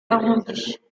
arrondies